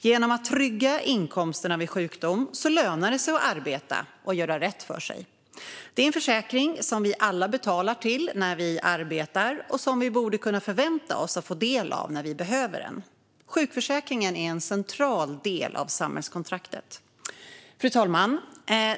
Genom att trygga inkomsterna vid sjukdom ser vi till att det lönar sig att arbeta och göra rätt för sig. Det är en försäkring som vi alla betalar till när vi arbetar och som vi borde kunna förvänta oss att få del av när vi behöver den. Sjukförsäkringen är en central del av samhällskontraktet. Fru talman!